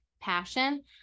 passion